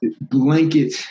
blanket